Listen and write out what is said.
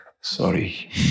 Sorry